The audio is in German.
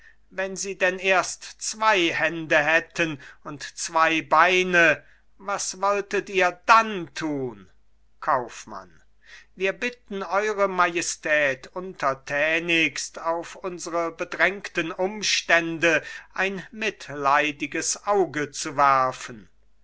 wenn sie denn erst zwei hände hätten und zwei beine was wolltet ihr dann tun kaufmann wir bitten eure majestät untertänigst auf unsere bedrängten umstände ein mitleidiges auge zu werfen